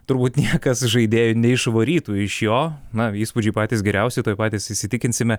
turbūt niekas žaidėjų neišvarytų iš jo na įspūdžiai patys geriausi tuoj patys įsitikinsime